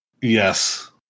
Yes